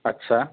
اچھا